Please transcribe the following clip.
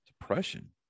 depression